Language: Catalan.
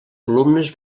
columnes